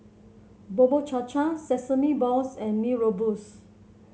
Bubur Cha Cha Sesame Balls and Mee Rebus